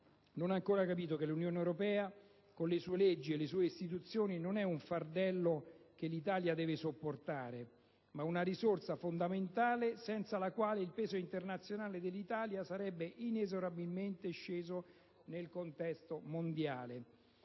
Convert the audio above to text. non ha ancora capito che l'Unione europea, con le sue leggi e le sue istituzioni, non è un fardello che l'Italia deve sopportare, ma una risorsa fondamentale senza la quale il peso internazionale dell'Italia sarebbe inesorabilmente sceso nel contesto mondiale.